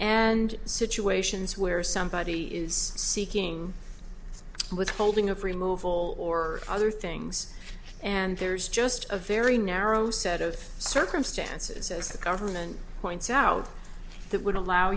and situations where somebody is seeking withholding of remove all or other things and there is just a very narrow set of circumstances says the government points out that would allow